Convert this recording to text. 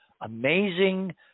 amazing